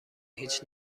هیچ